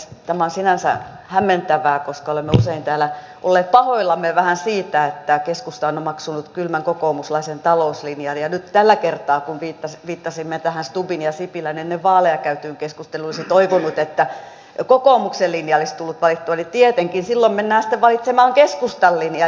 tämä on sinänsä hämmentävää koska olemme usein täällä olleet vähän pahoillamme siitä että keskusta on omaksunut kylmän kokoomuslaisen talouslinjan ja nyt tällä kertaa kun viittasimme tähän stubbin ja sipilän ennen vaaleja käymään keskusteluun olisi toivonut että kokoomuksen linja olisi tullut valittua ja tietenkin silloin mennään sitten valitsemaan keskustan linja